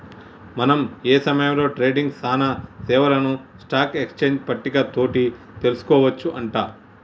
మనం ఏ సమయంలో ట్రేడింగ్ సానా సేవలను స్టాక్ ఎక్స్చేంజ్ పట్టిక తోటి తెలుసుకోవచ్చు అంట